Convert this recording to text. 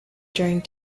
during